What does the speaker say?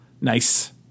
Nice